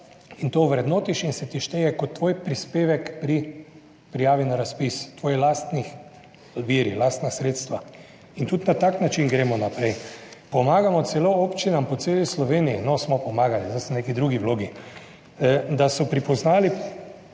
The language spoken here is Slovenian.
in to ovrednotiš in se ti šteje kot tvoj prispevek pri prijavi na razpis, tvoji lastni viri, lastna sredstva in tudi na tak način gremo naprej. Pomagamo celo občinam po celi Sloveniji, no, smo pomagali, zdaj sem v neki drugi vlogi, da so prepoznali